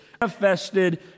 Manifested